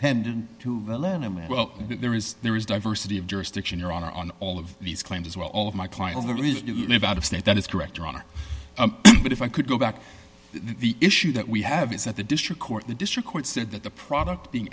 limit well there is there is diversity of jurisdiction your honor on all of these claims as well all of my client the unit out of state that is correct your honor but if i could go back the issue that we have is that the district court the district court said that the product being